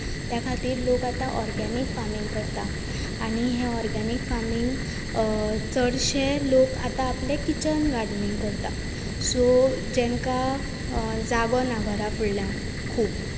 त्या खातीर लोक आतां ऑर्गेनिक फार्मींग करता आनी हें ऑर्गेनिक फार्मींग चडशे लोक आपलें किचन गार्डनींग करता सो जांकां जागो ना घरा फुडल्यान खूब